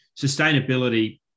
sustainability